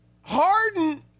Harden